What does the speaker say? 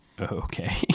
Okay